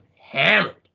hammered